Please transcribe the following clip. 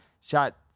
shot